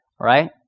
right